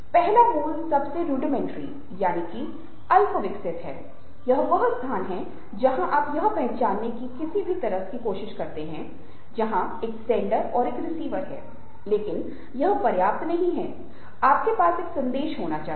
पहला मूल सबसे अल्पविकसित वह स्थान है जहां आप यह पहचानते हैं कि किसी भी तरह के संचार में एक सेन्डर और एक रिसीवर है लेकिन यह पर्याप्त नहीं है आपके पास एक संदेश होना चाहिए